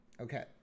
Okay